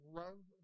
love